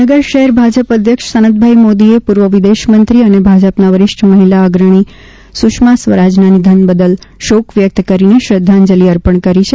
ભાવનગર શહેર ભાજપ અધ્યક્ષ સનતભાઈ મોદીએ પૂર્વ વિદેશમંત્રી અને ભાજપના વરિષ્ઠ મહિલા અગ્રણી સુષ્મા સ્વરાજના નિધન બદલ શોક વ્યક્ત કરીને શ્રદ્વાંજલિ અર્પણ કરી છે